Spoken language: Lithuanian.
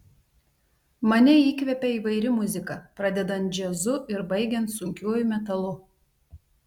mane įkvepia įvairi muzika pradedant džiazu ir baigiant sunkiuoju metalu